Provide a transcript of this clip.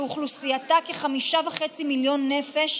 שאוכלוסייתה כ-5.5 מיליון נפש,